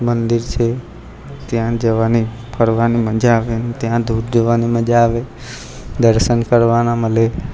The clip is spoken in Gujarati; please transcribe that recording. મંદિર છે ત્યાં જવાની ફરવાની મજા આવે ત્યાં ધોધ જોવાની મજા આવે દર્શન કરવાના મળે